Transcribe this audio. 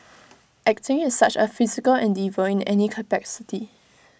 acting is such A physical endeavour in any capacity